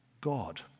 God